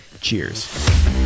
cheers